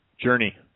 Journey